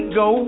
go